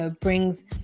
brings